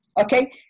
okay